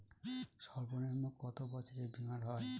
সর্বনিম্ন কত বছরের বীমার হয়?